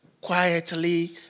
quietly